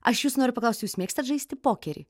aš jūsų noriu paklausti jūs mėgstat žaisti pokerį